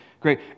great